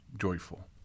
joyful